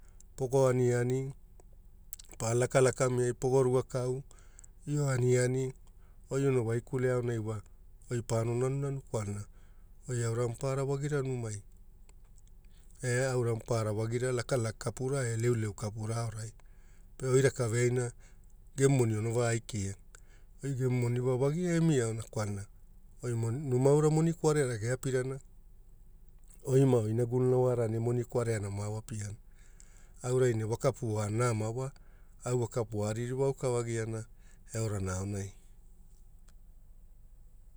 Pogo aniani pa lakalakami ai pogo ruka kau oi aniani goi ono waikulewai aonai wa oi pano nanunanu kwalana oi aura maparara wagira numai. E aura maparara wagira, lakalaka kapura leuleu kapura aori. Pe oi rakaveaina oi emu moni ono vaaikia goi gemu moni wagia emiaona kwalana numa aura moni kwareara geapirana oi mau inaguluna wara moni kwareana mao apiana, aurai ne vokapu nama wa au vokapu aririwa auka vagiana eorana aonai.